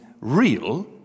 real